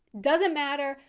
doesn't matter,